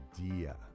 idea